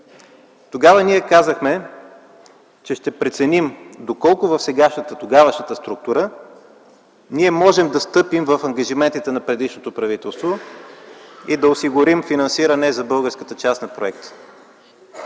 Тогава ние казахме, че ще преценим доколко в тогавашната структура можем да стъпим в ангажиментите на предишното правителство и да осигурим финансиране за българската част на проекта.